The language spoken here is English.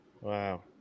Wow